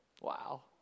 Wow